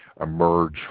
emerge